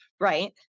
right